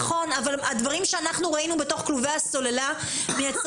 נכון אבל הדברים שאנחנו ראינו בתוך כלובי הסוללה מייצרים